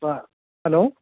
അ hello